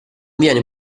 viene